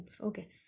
okay